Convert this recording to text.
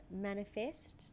manifest